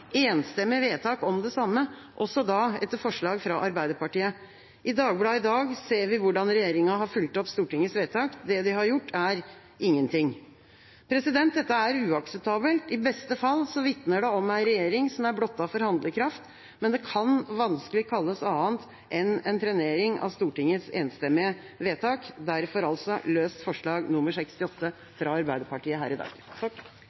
enstemmig vedtak om det samme, også da etter forslag fra Arbeiderpartiet. I Dagbladet i dag ser vi hvordan regjeringa har fulgt opp Stortingets vedtak. Det de har gjort, er – ingenting. Dette er uakseptabelt. I beste fall vitner det om en regjering som er blottet for handlekraft, men det kan vanskelig kalles annet enn en trenering av Stortingets enstemmige vedtak – derfor dette forslaget fra Arbeiderpartiet her i dag.